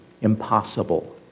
impossible